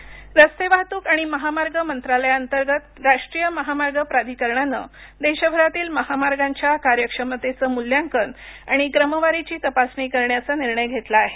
महामार्ग मंत्रालय रस्ते वाहतूक आणि महामार्ग मंत्रालयाअंतर्गत राष्ट्रीय महामार्ग प्राधिकरणानं देशभरातील माहामार्गांच्या कार्यक्षमतेचं मुल्यांकन आणि क्रमवारीची तपासणी करण्याचा निर्णय घेतला आहे